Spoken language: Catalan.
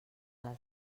les